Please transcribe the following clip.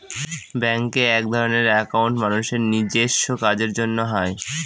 ব্যাঙ্কে একধরনের একাউন্ট মানুষের নিজেস্ব কাজের জন্য হয়